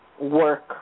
work